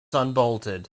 unbolted